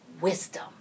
wisdom